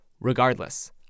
Regardless